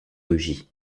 rugit